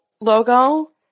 logo